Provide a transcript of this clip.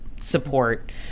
support